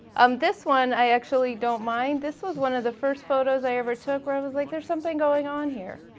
um this one i actually don't mind. this is one of the first photos i ever took where i was like there's something going on here.